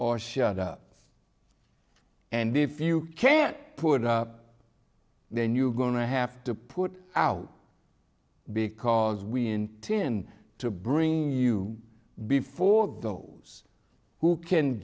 or shut up and if you can't put up then you're going to have to put out because we intend to bring you before those who can